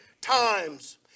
times